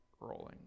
rolling